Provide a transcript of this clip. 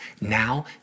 Now